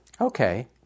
Okay